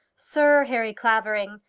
sir harry clavering!